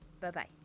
Bye-bye